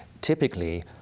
Typically